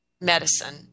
medicine